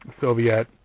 Soviet